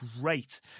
great